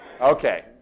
Okay